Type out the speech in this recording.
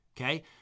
okay